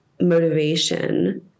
motivation